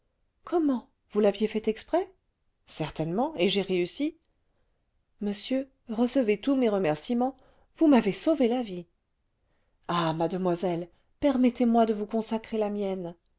comment vous l'aviez fait exprès certainement et j'ai réussi monsieur recevez tous mes remerciements vous m'avez sauvé la vie ah mademoiselle permettez-moi de vous consacrer la mienne